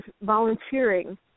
volunteering